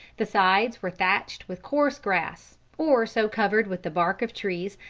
the sides were thatched with coarse grass, or so covered with the bark of trees,